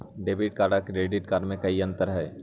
Debit और credit card में कई अंतर हई?